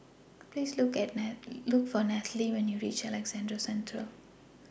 Please Look For Nathaly when YOU REACH Alexandra Central